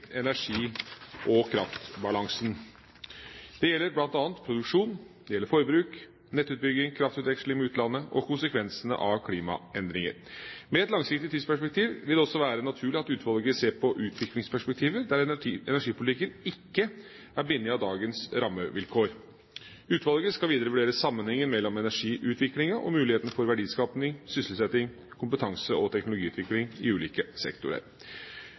energi- og kraftbalansen. Det gjelder bl.a. produksjon, forbruk, nettutbygging, kraftutveksling med utlandet og konsekvensene av klimaendringer. Med et langsiktig tidsperspektiv vil det også være naturlig at utvalget ser på utviklingsperspektiver der energipolitikken ikke er bundet av dagens rammevilkår. Utvalget skal videre vurdere sammenhengen mellom energiutviklingen og mulighetene for verdiskaping, sysselsetting og kompetanse- og teknologiutvikling i ulike sektorer.